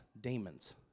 demons